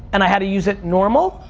and i had to use it normal,